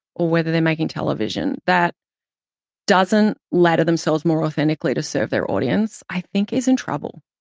or whether they're making television, that doesn't ladder themselves more authentically to serve their audience, i think is in trouble.